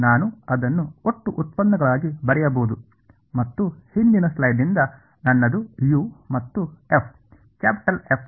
ನಾನು ಅದನ್ನು ಒಟ್ಟು ಉತ್ಪನ್ನಗಳಾಗಿ ಬರೆಯಬಹುದು ಮತ್ತು ಹಿಂದಿನ ಸ್ಲೈಡ್ನಿಂದ ನನ್ನದು u ಮತ್ತು F ಕ್ಯಾಪಿಟಲ್ F ಸರಿ